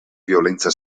violenza